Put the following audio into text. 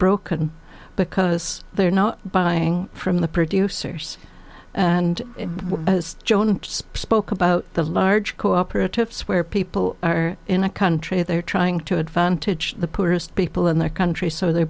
broken because they're not buying from the producers and joan spoke about the large cooperatives where people are in a country they're trying to advantage the poorest people in the country so they're